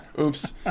Oops